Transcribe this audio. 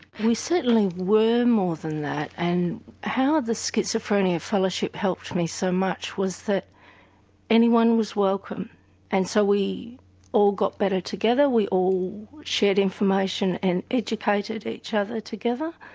we certainly were more than that, and how the schizophrenia fellowship helped me so much was that anyone was welcome and so we all got better together, we all shared information and educated each other together.